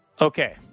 Okay